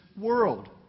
world